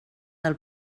del